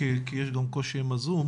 התשובות לא משביעות את הרצון,